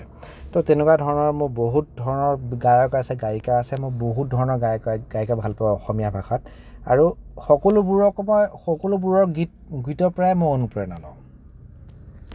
ত' তেনেকুৱা ধৰণৰ মোৰ বহুত ধৰণৰ গায়ক আছে গায়িকা আছে মই বহুত ধৰণৰ গায়ক গায়িকা ভাল পাওঁ অসমীয়া ভাষাত আৰু সকলোবোৰ আকৌ মই সকলোবোৰৰ গীত গীতৰ পৰাই মই অনুপ্ৰেৰণা লওঁ